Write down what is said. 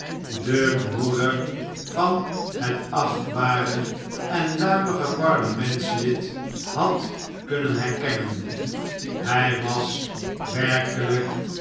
den breeder van het achtbare en luimige parlementslid had kunnen herkennen hij was werkelijk